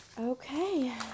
Okay